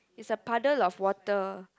is a puddle of water